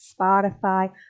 Spotify